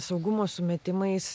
saugumo sumetimais